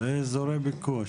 זה אזורי ביקוש.